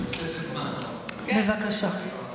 בבקשה.